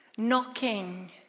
knocking